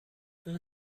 اون